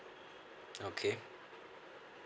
okay